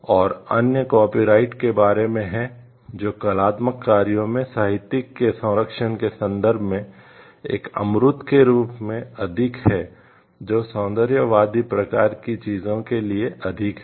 और अन्य कापीराइट्स के बारे में है जो कलात्मक कार्यों में साहित्यिक के संरक्षण के संदर्भ में एक अमूर्त के रूप में अधिक है जो सौंदर्यवादी प्रकार की चीजों के लिए अधिक है